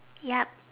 yup